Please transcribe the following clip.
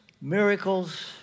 miracles